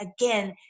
again